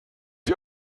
sie